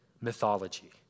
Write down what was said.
mythology